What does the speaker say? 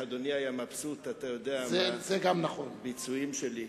ואיך אדוני היה מבסוט מהביצועים שלי.